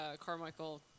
Carmichael –